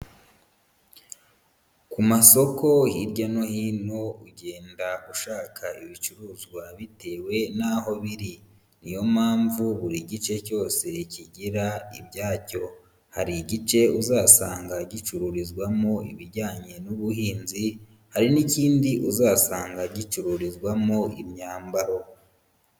Ku masoko hirya no hino ugenda ushaka ibicuruzwa bitewe n'aho biri. Niyo mpamvu buri gice cyose kigira ibyacyo. Hari igice uzasanga gicururizwamo ibijyanye n'ubuhinzi, hari n'ikindi uzasanga gicururizwamo imyambaro.